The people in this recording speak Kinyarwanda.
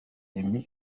emmy